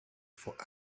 for